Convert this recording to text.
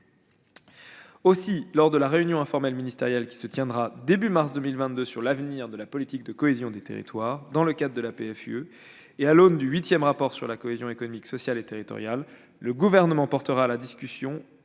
Aussi, lors de la réunion informelle ministérielle qui se tiendra au début de mars 2022 sur l'avenir de la politique de cohésion des territoires, dans le cadre de la PFUE et à l'aune du huitième rapport sur la cohésion économique, sociale et territoriale, le Gouvernement portera la question